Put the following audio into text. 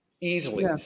easily